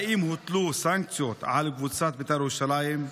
1. האם הוטלו סנקציות על קבוצת בית"ר ירושלים?